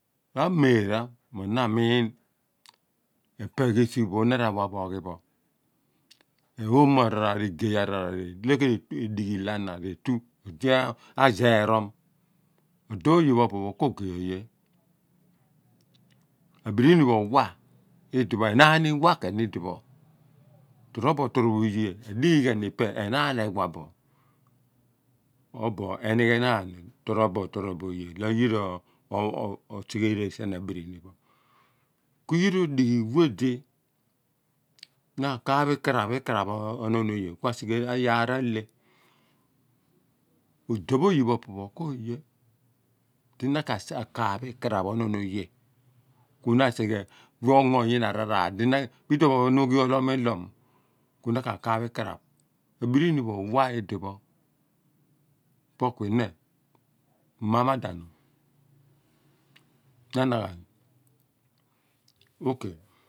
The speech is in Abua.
Ra mera mo na miin epe a risigh pho na ra wa bo omiin pho omo egey araar llo ke dighi ilo ana retw odi a zerom odo oye di arool idipho ko gey oye abiri ni pho owha enaan i wha o do oye pho o p o pho tro bo tro bo aye adi ghi ghan ipe enaan pho rewabo obo enighenaan tro bo trobo oye ipe yira lo yira oseere sien abiri ni pho ku yira odighi we di na ra kap ikraph okrap onon oye odi odi pho oye pho opo pho ko gey oye akaap ikraph oye asighe iduon pho nu ghi oloom ilo ana abrini pho owa idipho opo kui nie me me ma madan ipe kuine.